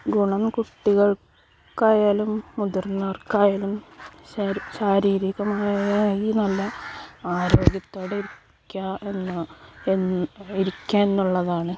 ഗുണം കുട്ടികൾക്ക് ആയാലും മുതിർന്നവർക്കായാലും ശാരീരികമായി നല്ല ആരോഗ്യത്തോടെ ഇരിക്കുക ഇരിക്കുക എന്നുള്ളതാണ്